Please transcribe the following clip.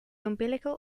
umbilical